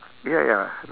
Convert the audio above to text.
ya ya